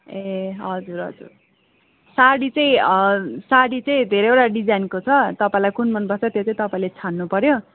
ए हजुर हजुर साडी चाहिँ साडी चाहिँ धेरैवटा डिजाइनको छ तपाईँलाई कुन मनपर्छ त्यो चाहिँ तपाईँले छान्नुपऱ्यो